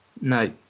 No